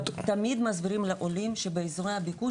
תמיד מספרים לעולים שבאזורי הביקוש